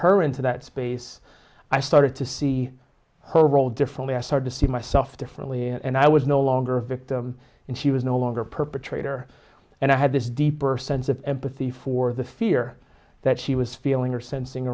her into that space i started to see her role differently i start to see myself differently and i was no longer a victim and she was no longer a perpetrator and i had this deeper sense of empathy for the fear that she was feeling or sensing